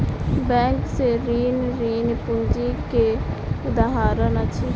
bank से ऋण, ऋण पूंजी के उदाहरण अछि